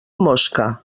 mosca